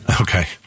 Okay